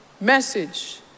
Message